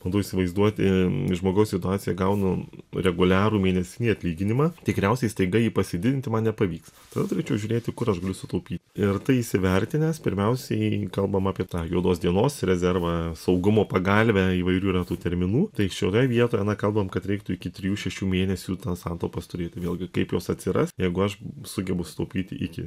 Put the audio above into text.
bandau įsivaizduoti žmogaus situaciją gaunu reguliarų mėnesinį atlyginimą tikriausiai staiga jį pasididinti man nepavyks tada turėčiau žiūrėti kur aš galiu sutaupyt ir tai įsivertinęs pirmiausiai kalbam apie tą juodos dienos rezervą saugumo pagalvę įvairių yra tų terminų tai šioje vietoje kalbam kad reiktų iki trijų šešių mėnesių tas santaupas turėti vėlgi kaip jos atsiras jeigu aš sugebu sutaupyti iki